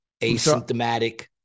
asymptomatic